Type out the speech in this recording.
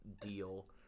deal